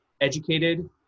educated